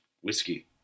whiskey